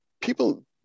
People